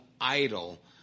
idol